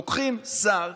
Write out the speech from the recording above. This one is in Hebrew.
לוקחים שר